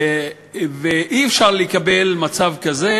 ואי-אפשר לקבל מצב כזה,